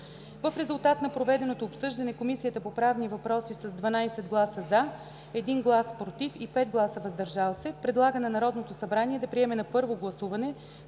В резултат на проведеното обсъждане, Комисията по правни въпроси с 12 гласа „за”, 1 глас „против“ и 5 гласа „въздържали се”, предлага на Народното събрание да приеме на първо гласуване